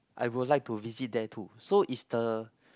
I would like to visit there too so is the